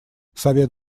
совет